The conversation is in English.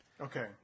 Okay